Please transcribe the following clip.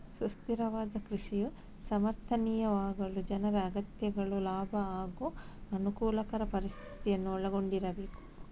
ಸುಸ್ಥಿರವಾದ ಕೃಷಿಯು ಸಮರ್ಥನೀಯವಾಗಲು ಜನರ ಅಗತ್ಯತೆಗಳು ಲಾಭ ಹಾಗೂ ಅನುಕೂಲಕರ ಪರಿಸ್ಥಿತಿಯನ್ನು ಒಳಗೊಂಡಿರಬೇಕು